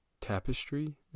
tapestry